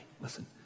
listen